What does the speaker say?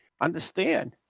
understand